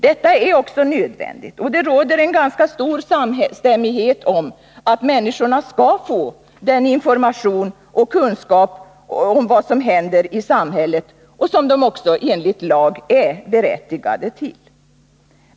Detta är också nödvändigt, och det råder en ganska stor samstämmighet om att människorna skall få information och kunskap om vad som händer i samhället, som de också enligt lag är berättigade till.